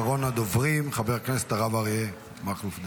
אחרון הדוברים, חבר הכנסת הרב אריה מכלוף דרעי.